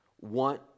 want